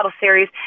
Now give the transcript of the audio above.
series